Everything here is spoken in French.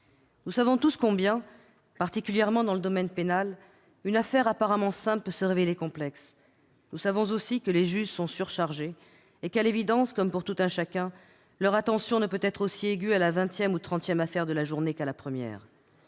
Nous savons tous combien, particulièrement dans le domaine pénal, une affaire apparemment simple peut se révéler complexe. Nous savons aussi que les juges sont surchargés. À l'évidence, comme pour tout un chacun, leur attention ne peut pas être aussi aiguë à la vingtième ou trentième affaire de la journée qu'à la première.